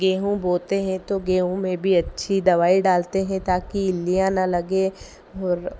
गेहूं बोते हैं तो गेहूं में भी अच्छी दवाई डालते हैं ताकि इल्लियाँ ना लगें और